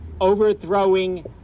overthrowing